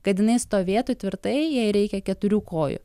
kad jinai stovėtų tvirtai jai reikia keturių kojų